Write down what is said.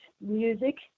music